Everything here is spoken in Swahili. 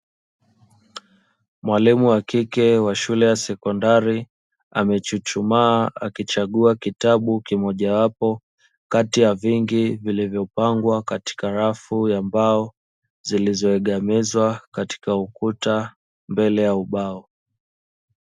Mwalimu wa kike wa shule ya sekondari, amechuchumaa akichagua kitabu kimojawapo kati ya vingi, vilivyopangwa katika rafu ya mbao zilizoegemezwa katika ukuta mbele ya ubao.